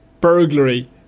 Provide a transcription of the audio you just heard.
burglary